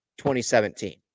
2017